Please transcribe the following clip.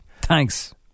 Thanks